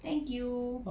thank you